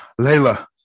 Layla